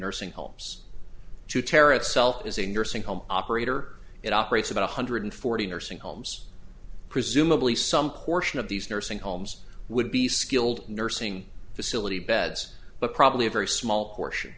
nursing homes to terrorist self is a nursing home operator it operates about one hundred forty nursing homes presumably some portion of these nursing homes would be skilled nursing facility beds but probably a very small portion